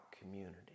community